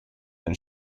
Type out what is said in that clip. than